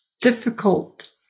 difficult